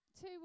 two